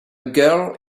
girl